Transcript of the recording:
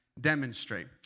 demonstrate